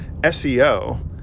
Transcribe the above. SEO